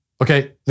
Okay